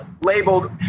labeled